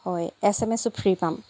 হয় S M এছো free পাম